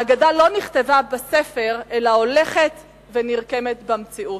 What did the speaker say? האגדה לא נכתבה בספר, אלא הולכת ונרקמת במציאות.